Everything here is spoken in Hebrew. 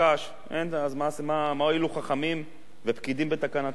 מה הועילו חכמים ופקידים בתקנתם?